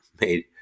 made